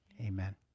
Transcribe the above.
amen